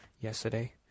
yesterday